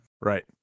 Right